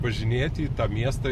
važinėti į tą miestą